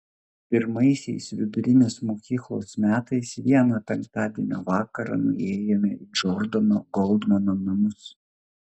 pirmaisiais vidurinės mokyklos metais vieną penktadienio vakarą nuėjome į džordano goldmano namus